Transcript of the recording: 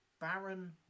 Baron